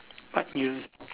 but you